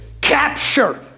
Capture